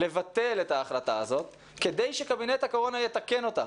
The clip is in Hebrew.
לבטל את ההחלטה הזאת כדי שקבינט הקורונה יתקן אותה.